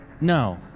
No